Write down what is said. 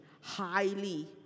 highly